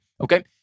okay